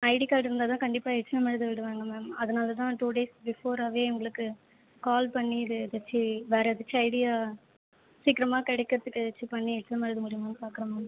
ID card இருந்தால் தான் கண்டிப்பாக எக்ஸாம் எழுத விடுவாங்க மேம் அதனால் தான் டூ டேஸ் பிஃபோராகவே உங்களுக்கு கால் பண்ணி இது ஏதாச்சி வேறு ஏதாச்சி ஐடியா சீக்கிரமா கிடைக்கறதுக்கு ஏதாச்சும் பண்ணி எக்ஸாம் எழுத முடியுமானு பார்க்கறேன் மேம்